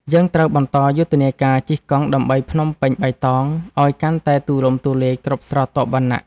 យើងត្រូវបន្តយុទ្ធនាការ ជិះកង់ដើម្បីភ្នំពេញបៃតង ឱ្យកាន់តែទូលំទូលាយគ្រប់ស្រទាប់វណ្ណៈ។